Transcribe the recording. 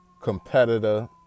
competitor